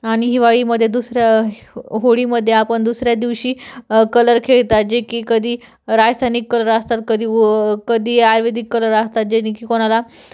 आणि हिवाळीमध्ये दुसरं होळीमध्ये आपण दुसऱ्या दिवशी कलर खेळतात जे की कधी रासायनिक कलर असतात कधी हो कधी आयुर्वेदिक कलर असतात जेणे की कोणाला